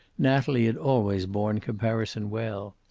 natalie had always borne comparison well.